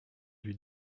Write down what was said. lui